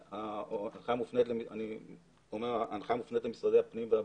ההנחיה מופנית למשרדי הפנים והבריאות.